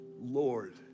Lord